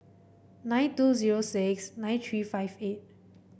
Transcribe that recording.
nine two zero six nine three five eight